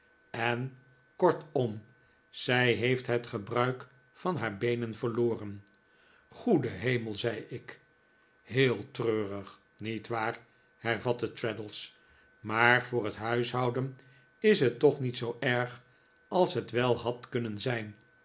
en kortom zij heeft het gebruik van haar beenen verloren goede hemel zei ik heel treurig niet waar hervatte traddles maar voor het huishouden is het toch niet zoo erg als het wel had kunnen zijn